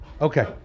Okay